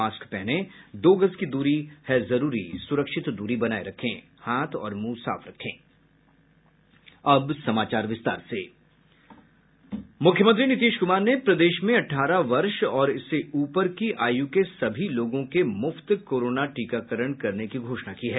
mask पहनें दो गज दूरी है जरूरी सुरक्षित दूरी बनाये रखें हाथ और मुंह साफ रखें मुख्यमंत्री नीतीश कुमार ने प्रदेश में अठारह वर्ष और इससे ऊपर की आयु के सभी लोगों के मुफ्त कोरोना टीकाकरण करने की घोषणा की है